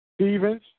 Stevens